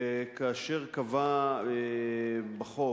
כאשר קבע בחוק